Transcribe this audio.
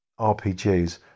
RPGs